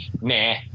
nah